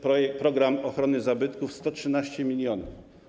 Program ochrony zabytków - 113 mln.